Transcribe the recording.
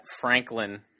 Franklin